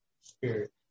spirit